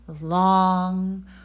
long